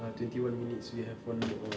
ah twenty one minutes we have one more